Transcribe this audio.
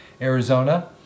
Arizona